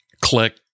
click